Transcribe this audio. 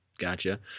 Gotcha